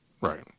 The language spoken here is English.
Right